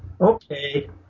okay